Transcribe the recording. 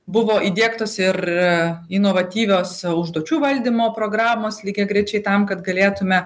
buvo įdiegtos ir inovatyvios užduočių valdymo programos lygiagrečiai tam kad galėtume